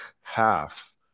half